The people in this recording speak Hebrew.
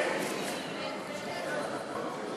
(קוראת בשמות חברי הכנסת)